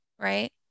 right